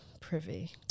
Privy